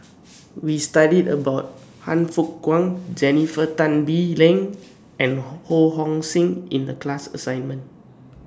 We studied about Han Fook Kwang Jennifer Tan Bee Leng and Ho Hong Sing in The class assignment